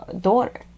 daughter